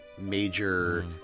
major